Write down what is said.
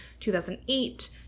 2008